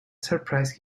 surprise